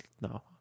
no